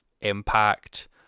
Impact